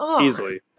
easily